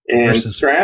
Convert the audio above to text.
versus